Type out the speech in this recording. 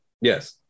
Yes